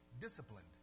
disciplined